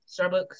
Starbucks